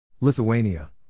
Lithuania